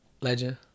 Legend